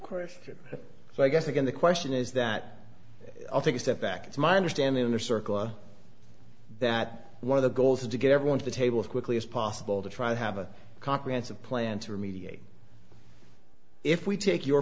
question so i guess again the question is that i'll take a step back it's my understanding inner circle that one of the goals is to get everyone to the table as quickly as possible to try to have a comprehensive plan to remediate if we take your